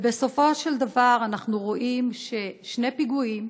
ובסופו של דבר, אנחנו רואים שני פיגועים